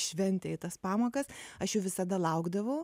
šventę į tas pamokas aš jų visada laukdavau